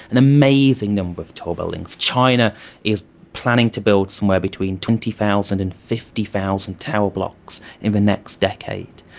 an amazing number of tall buildings. china is planning to build somewhere between twenty thousand and fifty thousand tower blocks in the next decade,